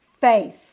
faith